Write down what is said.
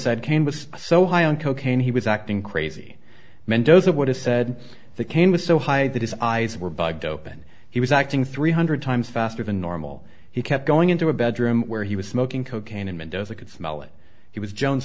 said came was so high on cocaine he was acting crazy mendoza would have said the cane was so high that his eyes were bugged open he was acting three hundred times faster than normal he kept going into a bedroom where he was smoking cocaine and mendoza could smell it he was jones